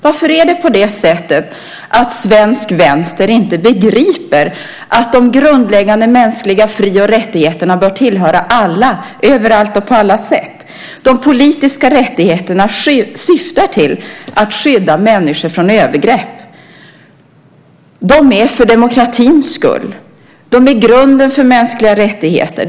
Varför begriper inte svensk vänster att de grundläggande mänskliga fri och rättigheterna bör tillhöra alla, överallt och på alla sätt? De politiska rättigheterna syftar till att skydda människor från övergrepp. De är för demokratins skull. De är grunden för mänskliga rättigheter.